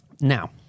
now